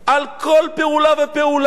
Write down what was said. על כל פעולה ופעולה.